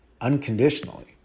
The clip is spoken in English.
unconditionally